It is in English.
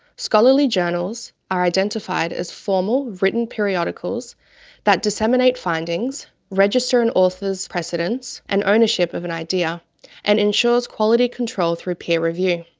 scholarly journals are identified as formal, written periodicals that disseminate findings, register an author's precedence and ownership of an idea and ensures quality control through peer review.